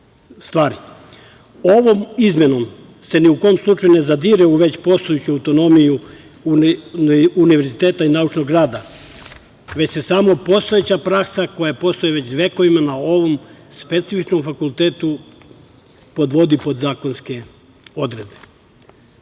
izmenom se ni u kom slučaju ne zadire u već postojeću autonomiju univerziteta i naučnog rada, već se samo postojeća praksa koja postoji već vekovima na ovom specifičnom fakultetu podvodi pod zakonske odredbe.